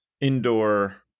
indoor